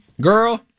Girl